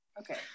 Okay